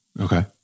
Okay